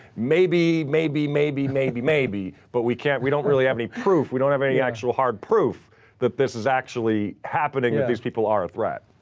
maybe, maybe, maybe, maybe, maybe. but we can't, we don't really have any proof. we don't have any actual hard proof that this is actually happening, that these people are a threat.